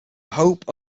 hope